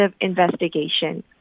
investigation